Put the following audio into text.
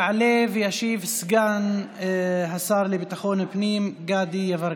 יעלה וישיב סגן השר לביטחון הפנים גדי יברקן.